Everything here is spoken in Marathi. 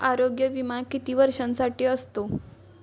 आरोग्य विमा किती वर्षांसाठी असतो?